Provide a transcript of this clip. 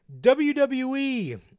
WWE